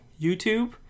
YouTube